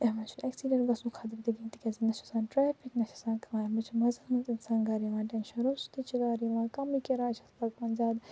یتھ مَنٛز چھُ نہٕ ایٚکسیٖڈینٛٹ گَژھنُک تہِ خطرٕ کِہیٖنٛۍ تِکیٛاز نہَ چھُ آسان ٹرٛیفِک نہَ چھُ آسان کانٛہہ بیٚیہِ چھُ مَزَس مَنٛز اِنسان گَرٕ یِوان ٹٮ۪نشَن روٚستُے چھُ گَرٕ یِوان کمٕے کِراے چھَس لَگان زیادٕ